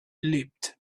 leapt